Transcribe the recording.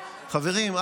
חברים,